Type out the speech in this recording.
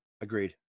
agreed